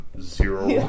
zero